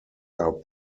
are